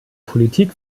politik